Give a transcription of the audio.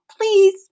Please